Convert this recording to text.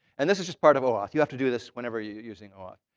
and this is just part of oauth, you have to do this whenever you're using oauth.